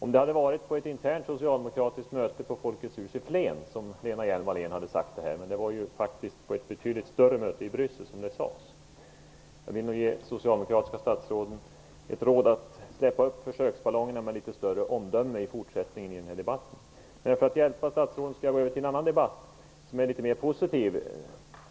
Om det hade varit på ett internt socialdemokratiskt möte på Folkets hus i Flen som Wallén hade sagt detta, hade det varit en annan sak. Men nu var det på ett betydligt större möte i Bryssel som det sades. Jag vill ge socialdemokratiska statsråd ett råd: Släpp upp era försöksballonger med litet större omdöme i fortsättningen. Sedan vill jag ta upp en annan debatt som är mera positiv.